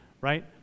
right